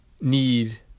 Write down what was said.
need